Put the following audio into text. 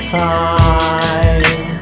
time